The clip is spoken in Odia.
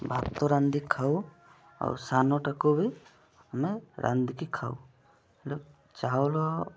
ଭାତ ରାନ୍ଧିକି ଖାଉ ଆଉ ସାନଟାକୁ ବି ଆମେ ରାନ୍ଧିକି ଖାଉ ହେଲେ ଚାଉଳ